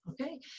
Okay